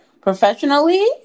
professionally